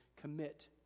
commit